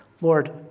Lord